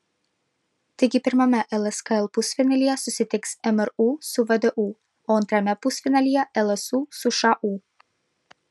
taigi pirmame lskl pusfinalyje susitiks mru su vdu o antrame pusfinalyje lsu su šu